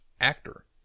actor